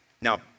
Now